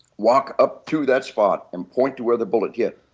walk up through that spot and point where the bullet hit,